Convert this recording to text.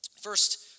First